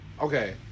Okay